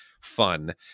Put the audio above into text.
fun